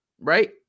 Right